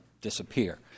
disappear